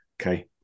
Okay